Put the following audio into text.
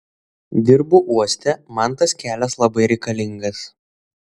dirbu uoste man tas kelias labai reikalingas